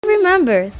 Remember